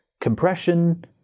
compression